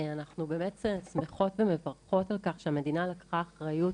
אנחנו באמת שמחות ומברכות על כך שהמדינה לקחה אחריות